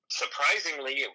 surprisingly